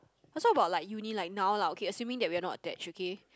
let's talk about like uni like now lah okay assuming that we are not attached okay